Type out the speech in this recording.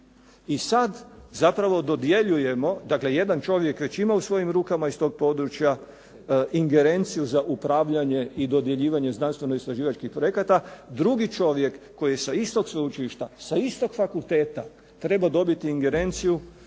I sad zapravo dodjeljujemo, dakle jedan čovjek već ima u svojim rukama iz tog područja ingerenciju za upravljanje i dodjeljivanje znanstveno-istraživačkih projekata. Drugi čovjek koji je sa istog sveučilišta, sa istog fakulteta treba dobiti ingerenciju